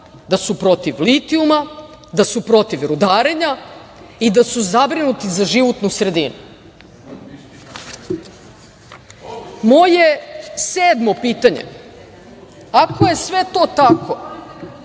da su protiv litijuma, da su protiv rudarenja i da su zabrinuti za životnu sredinu. Moje sedmo pitanje - ako je sve to tako